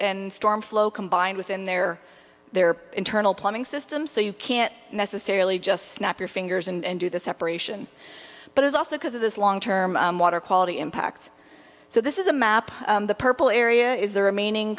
and storm flow combined within their their internal plumbing system so you can't necessarily just snap your fingers and do the separation but it's also because of this long term water quality impact so this is a map the purple area is the remaining